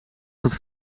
tot